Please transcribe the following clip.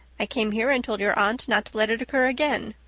i came here and told your aunt not to let it occur again.